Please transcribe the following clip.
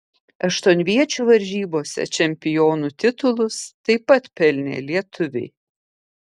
aštuonviečių varžybose čempionų titulus taip pat pelnė lietuviai